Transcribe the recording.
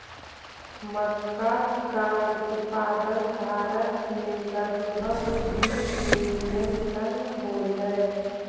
मक्का का उत्पादन भारत में लगभग बीस मिलियन टन होलई